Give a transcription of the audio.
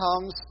comes